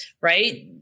right